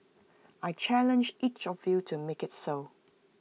I challenge each of you to make IT so